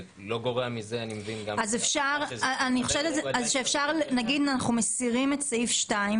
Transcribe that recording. אם אנחנו מסירים את סעיף (2),